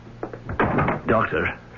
Doctor